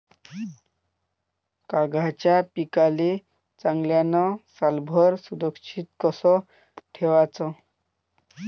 कांद्याच्या पिकाले चांगल्यानं सालभर सुरक्षित कस ठेवाचं?